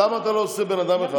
למה אתה לא עושה בן אדם אחד?